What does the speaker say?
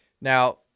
Now